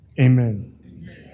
Amen